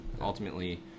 ultimately